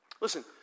Listen